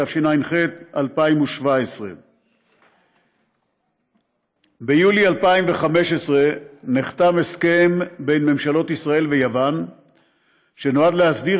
התשע"ח 2017. ביולי 2015 נחתם הסכם בין ממשלות ישראל ויוון שנועד להסדיר